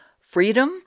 freedom